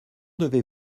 devez